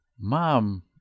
Mom